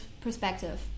perspective